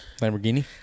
Lamborghini